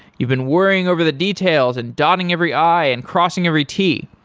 you've been worrying over the details and dotting every i and crossing every t.